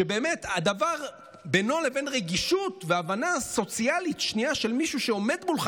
שבאמת בינו לבין רגישות והבנה סוציאלית של מישהו שעומד מולו,